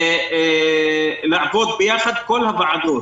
שצריך לעבוד ביחד כל הוועדות,